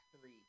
three